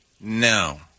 no